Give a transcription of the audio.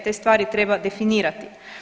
Te stvari treba definirati.